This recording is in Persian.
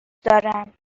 دارم